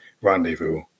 rendezvous